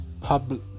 public